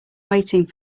waiting